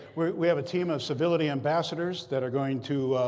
we have a team of civility ambassadors that are going to